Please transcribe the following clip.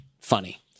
funny